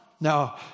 Now